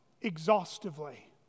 exhaustively